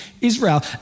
Israel